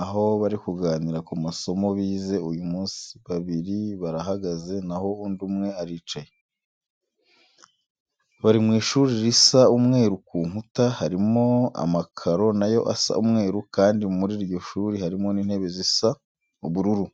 aho bari kuganira ku masomo bize uyu munsi, babiri barahagaze naho undi umwe aricaye. Bari mu ishuri risa umweru ku nkuta, harimo amakaro na yo asa umweru kandi muri iryo shuri harimo n'intebe zisa ubururu.